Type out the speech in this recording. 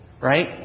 Right